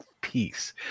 peace